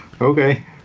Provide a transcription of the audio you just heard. Okay